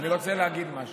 אני רוצה להגיד משהו: